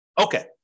Okay